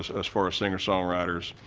as as far as singer-songwriters,